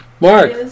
Mark